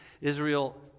Israel